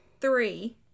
three